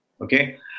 Okay